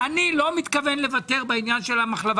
אני לא מתכוון לוותר בעניין של המחלבה